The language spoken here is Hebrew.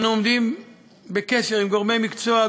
אנו עומדים בקשר עם גורמי מקצוע,